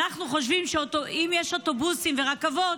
אנחנו חושבים שאם יש אוטובוסים ורכבות,